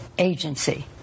Agency